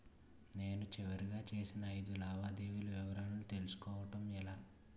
నేను చివరిగా చేసిన ఐదు లావాదేవీల వివరాలు తెలుసుకోవటం ఎలా?